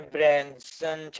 Branson